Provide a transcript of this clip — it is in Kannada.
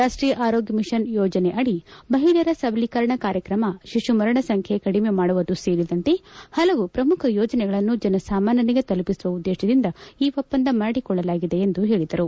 ರಾಷ್ಟೀಯ ಆರೋಗ್ಟ ಮಿಷನ್ ಯೋಜನೆನಡಿ ಮಹಿಳೆಯರ ಸಬಲೀಕರಣ ಕಾರ್ಯಕ್ರಮ ಶಿಶು ಮರಣ ಸಂಖ್ಡೆ ಕಡಿಮೆ ಮಾಡುವುದು ಸೇರಿದಂತೆ ಹಲವು ಪ್ರಮುಖ ಯೋಜನೆಗಳನ್ನು ಜನಸಾಮಾನ್ಚರಿಗೆ ತಲುಪಿಸುವ ಉದ್ದೇಶದಿಂದ ಈ ಒಪ್ಪಂದ ಮಾಡಿಕೊಳ್ಳಲಾಗಿದೆ ಎಂದರು